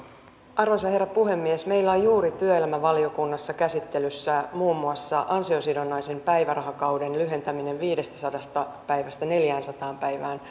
arvoisa herra puhemies meillä on juuri työelämävaliokunnassa käsittelyssä muun muassa ansiosidonnaisen päivärahakauden lyhentäminen viidestäsadasta päivästä neljäänsataan päivään